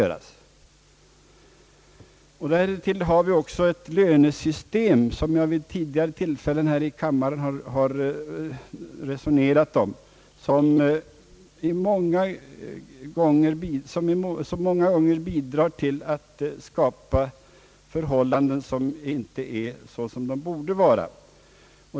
Dessutom har vi ett lönesystem, vilket jag tidigare påpekat här i kammaren, som många gånger bidrar till att skapa icke önskvärda förhållanden.